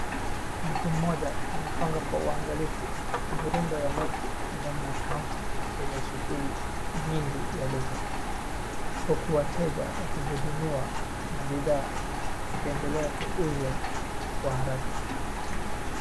Mtu mmoja anapanga kwa uangalifu rundo ya noti ndani ya kaunti yenye shughuli nyingi ya duka huku wateja wakihudumiwa na bidhaa zikiendelea kuuzwa kwa haraka.